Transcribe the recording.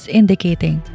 indicating